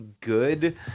good